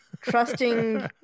trusting